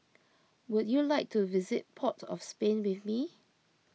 would you like to visit Port of Spain with me